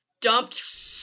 dumped